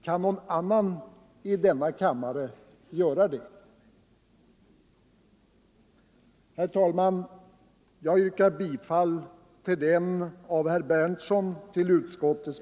Kan någon annan i denna kammare göra det? ningar Herr talman! Jag yrkar bifall till den av herr Berndtson till utskottets